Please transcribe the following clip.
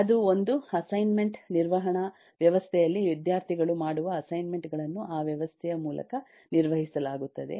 ಅದು ಒಂದು ಅಸೈನ್ಮೆಂಟ್ ನಿರ್ವಹಣಾ ವ್ಯವಸ್ಥೆಯಲ್ಲಿ ವಿದ್ಯಾರ್ಥಿಗಳು ಮಾಡುವ ಅಸೈನ್ಮೆಂಟ್ ಗಳನ್ನು ಆ ವ್ಯವಸ್ಥೆಯ ಮೂಲಕ ನಿರ್ವಹಿಸಲಾಗುತ್ತದೆ